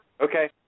Okay